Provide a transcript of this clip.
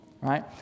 right